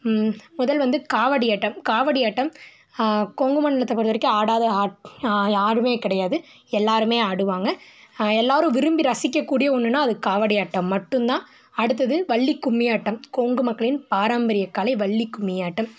முதல் வந்து காவடி ஆட்டம் காவடி ஆட்டம் கொங்கு மண்டலத்தை பொறுத்த வரைக்கும் ஆடாத யாருமே கிடையாது எல்லோருமே ஆடுவாங்க எல்லோரும் விரும்பி ரசிக்கக் கூடிய ஒன்றுன்னா அது காவடி ஆட்டம் மட்டும் தான் அடுத்தது வள்ளி கும்மி ஆட்டம் கொங்கு மக்களின் பாரம்பரிய கலை வள்ளி கும்மி ஆட்டம்